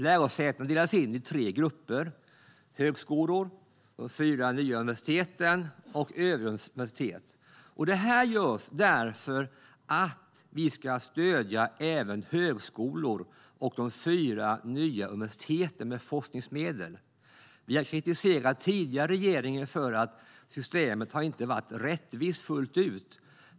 Lärosätena delas in i tre grupper - högskolor, de fyra nya universiteten och övriga universitet. Det görs därför att vi ska stödja även högskolor och de fyra nya universiteten med forskningsmedel. Vi har kritiserat den tidigare regeringen för att systemet inte har varit fullt ut rättvist.